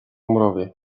mrowie